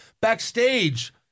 backstage